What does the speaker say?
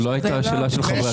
זו לא הייתה השאלה של חברי הכנסת.